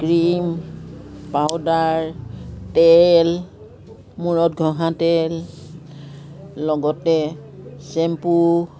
cream powder তেল মূৰত ঘঁহা তেল লগতে চেম্পু